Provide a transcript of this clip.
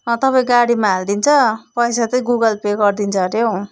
तपाईँ गाडीमा हालिदिन्छ पैसा चाहिँ गुगल पे गरिदिन्छ हरे औ